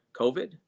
COVID